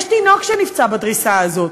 תינוק נפצע בדריסה הזאת,